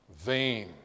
vain